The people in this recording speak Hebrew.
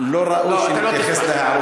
אני אשמח.